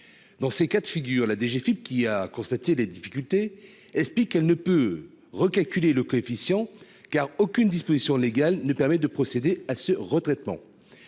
Dans ces cas de figure, la DGFiP, qui a constaté les difficultés, explique qu'elle ne peut recalculer le coefficient, car aucune disposition légale ne permet de procéder à ce retraitement.